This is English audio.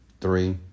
Three